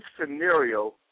scenario